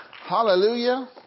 Hallelujah